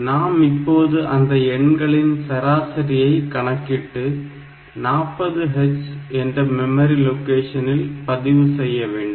நாம் இப்போது அந்த எண்களின் சராசரியை கணக்கிட்டு 40h என்ற மெமரி லொகேஷனில் பதிவு செய்ய வேண்டும்